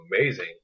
amazing